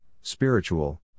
spiritual